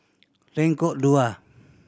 Lengkok Dua